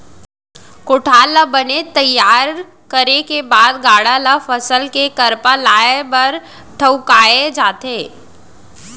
कोठार ल बने तइयार करे के बाद गाड़ा ल फसल के करपा लाए बर ठउकाए जाथे